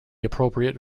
appropriate